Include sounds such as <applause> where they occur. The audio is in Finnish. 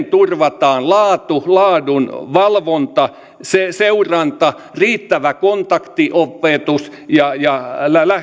<unintelligible> turvataan laatu laadunvalvonta sen seuranta riittävä kontaktiopetus ja ja